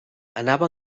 anava